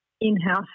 in-house